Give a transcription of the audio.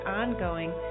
ongoing